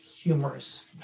humorous